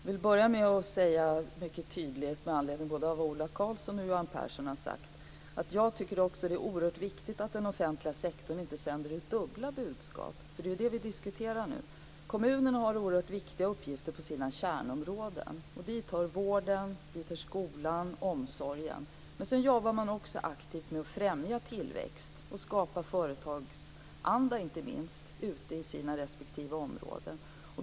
Fru talman! Med anledning av vad både Ola Karlsson och Johan Pehrson har sagt vill jag börja med att säga mycket tydligt att jag också tycker att det är oerhört viktigt att den offentliga sektorn inte sänder ut dubbla budskap. Det är ju det vi diskuterar nu. Kommunerna har oerhört viktiga uppgifter på sina kärnområden. Dit hör vården, skolan och omsorgen. Men sedan jobbar man också aktivt med att främja tillväxt och inte minst med att skapa företagsanda ute i sina respektive områden.